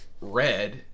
red